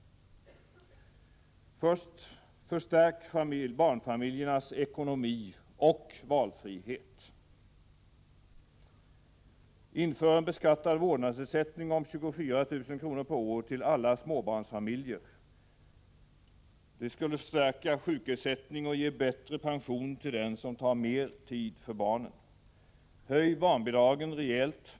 För det första: Förstärk barnfamiljernas ekonomi och valfrihet. o Inför en beskattad vårdnadsersättning om 24 000 kr. per år till alla småbarnsfamiljer. Det skulle förstärka sjukersättningen och ge bättre pension till den som tar mer tid för barnen. Oo Höj barnbidragen rejält.